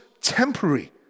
temporary